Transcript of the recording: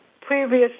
previous